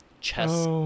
chess